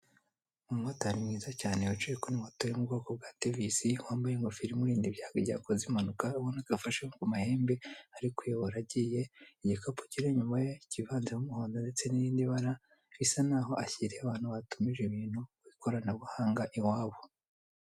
Umumotari mwiza cyane wicaye kuri moto yo mu bwoko bwa tevisi. Wambaye ingofero imurinda ibyago igihe akoze impanuka, ubona ko yafashe ku mahembe ari koyobora agiye. Igikapu kiri inyuma ye kivanzemo umuhondo ndetse n'irindi bara, bisa nk'aho ashyiriye abantu batumije ibintu ku ikoranabuhanga i wabo.